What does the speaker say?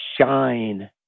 shine